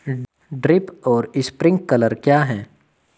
Drip और sprinkler क्या हैं?